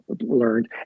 learned